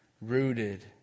rooted